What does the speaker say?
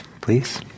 please